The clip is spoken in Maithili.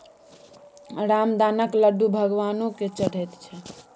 रामदानाक लड्डू भगवानो केँ चढ़ैत छै